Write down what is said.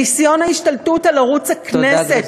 ניסיון ההשתלטות על ערוץ הכנסת,